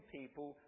people